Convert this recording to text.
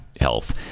health